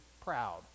proud